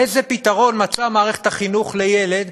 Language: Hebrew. איזה פתרון מצאה מערכת החינוך לילד